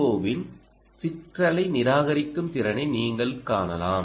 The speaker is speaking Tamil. ஓவின் சிற்றலை நிராகரிக்கும் திறனை நீங்கள் காணலாம்